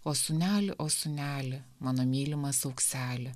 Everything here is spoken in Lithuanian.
o sūneli o sūneli mano mylimas aukseli